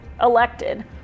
elected